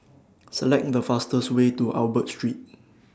Select The fastest Way to Albert Street